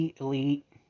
Elite